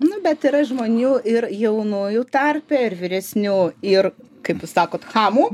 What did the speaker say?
nu bet yra žmonių ir jaunųjų tarpe ir vyresnių ir kaip jūs sakot chamų